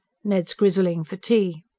ned's grizzling for tea.